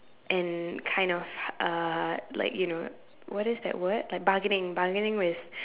and kind of uh like you know what is that word like bargaining bargaining with